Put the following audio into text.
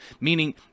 Meaning